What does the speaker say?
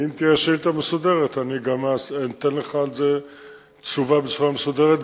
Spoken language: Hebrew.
ואם תהיה שאילתא מסודרת אני אתן לך על זה תשובה בצורה מסודרת.